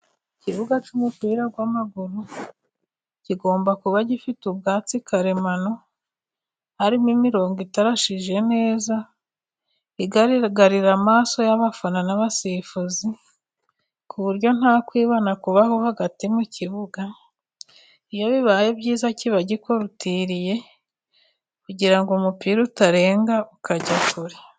Ikibuga cy'umupira w'amaguru, kigomba kuba gifite ubwatsi karemano, harimo imirongo itarashije neza igaragarira amaso y'abafana n'abasifuzi, ku buryo nta kwibana kubaho hagati mu kibuga, iyo bibaye byiza kiba gikorutiriye kugira umupira utarenga ukajya kure.